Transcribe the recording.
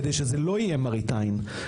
כדי שזה לא יהיה מראית עין,